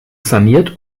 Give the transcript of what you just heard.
saniert